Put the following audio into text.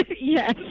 Yes